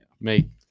make